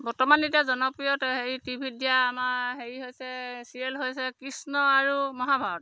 বৰ্তমান এতিয়া জনপ্ৰিয় হেৰি টিভিত দিয়া আমাৰ হেৰি হৈছে ছিৰিয়েল হৈছে কৃষ্ণ আৰু মহাভাৰত